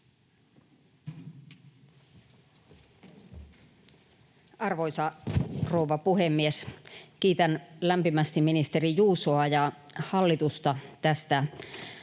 Arvoisa rouva puhemies! Kiitän lämpimästi ministeri Juusoa ja hallitusta tästä